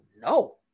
no